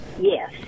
Yes